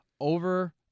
Over